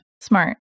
Smart